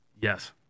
Yes